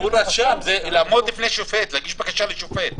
זה לעמוד בפני שופט, זה להגיש בקשה לשופט.